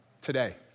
Today